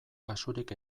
kasurik